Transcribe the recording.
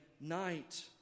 night